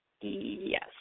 Yes